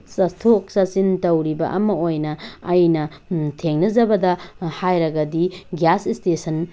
ꯆꯠꯊꯣꯛ ꯆꯠꯁꯤꯟ ꯇꯧꯔꯤꯕ ꯑꯃ ꯑꯣꯏꯅ ꯑꯩꯅ ꯊꯦꯡꯅꯖꯕꯗ ꯍꯥꯏꯔꯒꯗꯤ ꯒ꯭ꯌꯥꯁ ꯁ꯭ꯇꯦꯁꯟ